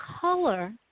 color